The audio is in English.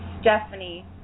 Stephanie